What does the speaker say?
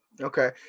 Okay